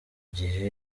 gihe